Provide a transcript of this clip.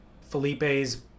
felipe's